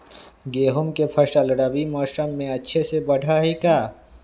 गेंहू के फ़सल रबी मौसम में अच्छे से बढ़ हई का?